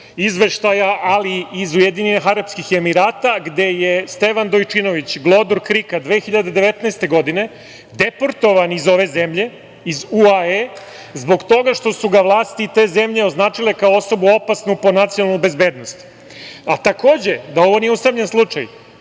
izveštaja, ali i iz Ujedinjenih Arapskih Emirata, gde je Stevan Dojčinović, glodor KRIK-a 2019. godine, deportovan iz ove zemlje, iz UAE, zbog toga što su ga vlasti te zemlje označile, kao osobu opasnu po nacionalnu bezbednost. Takođe, da ovo nije usamljen slučaj,